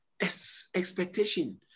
expectation